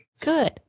Good